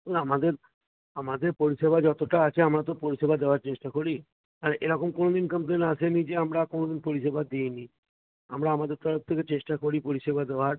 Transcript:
আমাদের আমাদের পরিষেবা যতটা আছে আমরা তো পরিষেবা দেওয়ার চেষ্টা করি মানে এরকম কোনও দিন কামপ্লেন আসে নি যে আমরা কোনও দিন পরিষেবা দিই নি আমরা আমাদের তরফ থেকে চেষ্টা করি পরিষেবা দেওয়ার